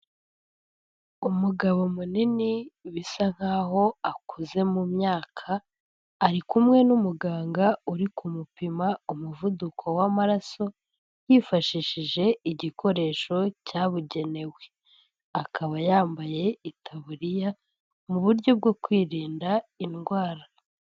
Umugabo munini bisa nkaho akuze mu myaka arikumwe n'umuganga uri kumupima umuvuduko w'amaraso yifashishije igikoresho cyabugenewe, akaba yambaye itaburiya mu buryo bwo kwirinda indwara.